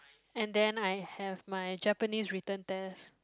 and then I have my Japanese return test